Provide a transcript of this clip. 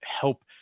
help